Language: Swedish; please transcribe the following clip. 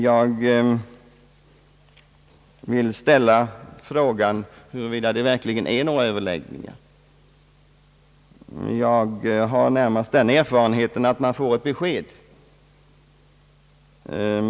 Jag vill ställa frågan, huruvida det verkligen är några överläggningar. Jag har närmast den erfarenheten att kommunerna får ett besked.